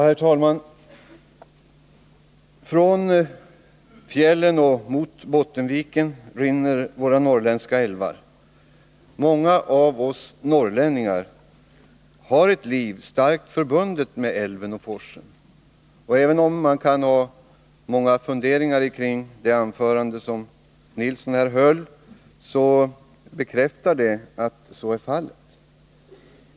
Herr talman! Från fjällen mot Bottenviken rinner våra norrländska älvar. Många av oss norrlänningar har ett liv som är starkt förbundet med älven och forsen. Även om man kan fundera en hel del med anledning av det anförande som Tore Nilsson höll, bekräftar hans anförande att så är fallet.